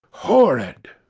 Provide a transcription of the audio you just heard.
horrid!